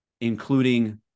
including